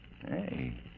Hey